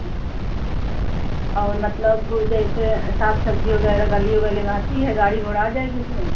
अच्छा और मतलब जैसे साग सब्ज़ी वग़ैरह गलियों गलियों में आती है गाड़ी घोड़ा आ जाएगी उसमें